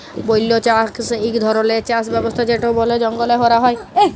বল্য চাষ ইক ধরলের চাষ ব্যবস্থা যেট বলে জঙ্গলে ক্যরা হ্যয়